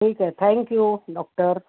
ठीक आहे thank you doctor